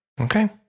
Okay